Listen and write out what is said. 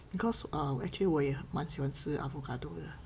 because ah actually 我也蛮喜欢吃 avocado 的